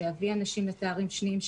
שיביא אנשים לתארים שניים,